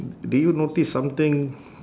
do you notice something